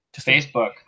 Facebook